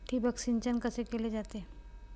ठिबक सिंचन कसे केले जाते?